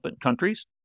countries